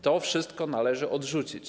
To wszystko należy odrzucić.